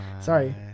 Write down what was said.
sorry